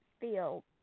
feel